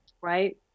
Right